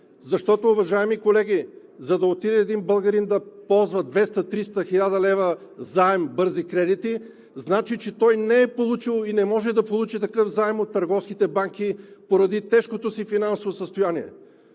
Защото, уважаеми колеги, за да отиде един българин да ползва 200, 300, 1000 лв. заем бързи кредити значи, че той не е получил и не може да получи такъв заем от търговските банки поради тежкото си финансово състояние.